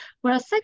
Whereas